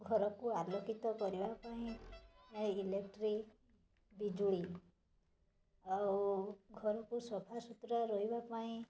ଘରକୁ ଆଲୋକିତ କରିବା ପାଇଁ ଇଲେକ୍ଟ୍ରି ବିଜୁଳି ଆଉ ଘରକୁ ସଫା ସୁତୁରା ରହିବା ପାଇଁ